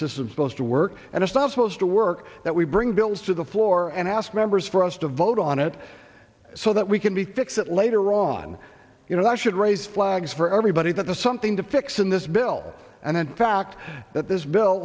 system supposed to work and it's not supposed to work that we bring bills to the floor and ask members for us to vote on it so that we can be fix it later on you know that should raise flags for everybody that the something to fix in this bill and in fact that this bill